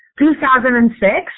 2006